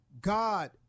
god